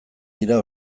dira